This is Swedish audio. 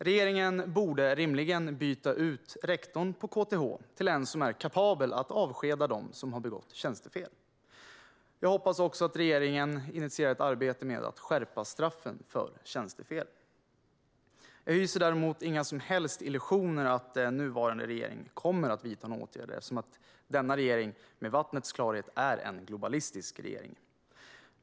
Regeringen borde rimligen byta ut rektorn för KTH till en som är kapabel att avskeda dem som har begått tjänstefel. Jag hoppas också att regeringen initierar ett arbete med att skärpa straffen för tjänstefel. Jag hyser dock inga som helst illusioner om att regeringen kommer att vidta några åtgärder eftersom denna regering, med vattnets klarhet, är en globalistisk regering.